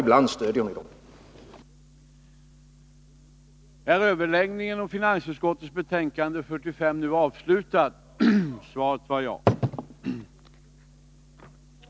Överläggningen var härmed avslutad.